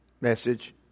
message